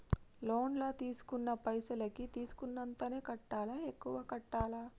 Loan లా తీస్కున్న పైసల్ కి తీస్కున్నంతనే కట్టాలా? ఎక్కువ కట్టాలా?